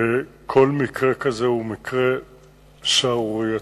וכל מקרה כזה הוא מקרה שערורייתי,